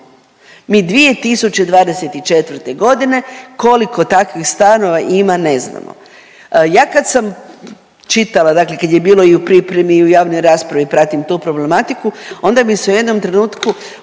Mi 2024.g. koliko takvih stanova ima ne znamo. Ja kad sam čitala, dakle kad je bilo i u pripremi i u javnoj raspravi pratim tu problematika, onda mi se je u jednom trenutku